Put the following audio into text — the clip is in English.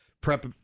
Prep